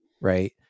right